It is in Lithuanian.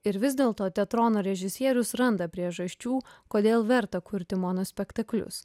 ir vis dėl to teatrono režisierius randa priežasčių kodėl verta kurti monospektaklius